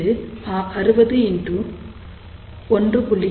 இது 601